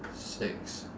six